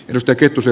ystä kettusen